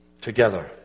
together